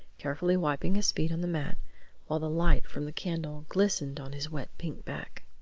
carefully wiping his feet on the mat while the light from the candle glistened on his wet pink back.